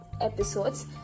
episodes